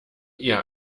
eher